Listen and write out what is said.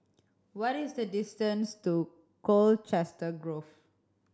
what is the distance to Colchester Grove